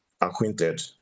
acquainted